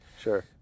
sure